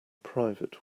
private